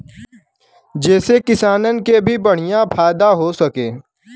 जेसे किसानन के भी बढ़िया फायदा हो सके